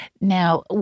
Now